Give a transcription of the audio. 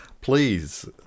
Please